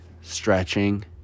stretching